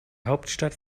hauptstadt